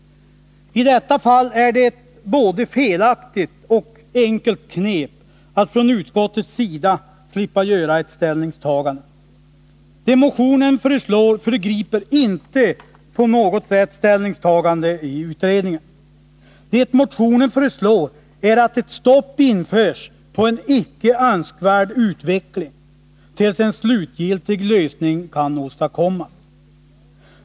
I detta fall är det ett både felaktigt och enkelt knep från utskottets sida att slippa ett ställningstagande. Motionens förslag föregriper inte något ställningstagande i utredningen. Vad vi i motionen föreslår är att ett stopp införs på en icke önskvärd utveckling tills en slutgiltig lösning kan åstadkommas.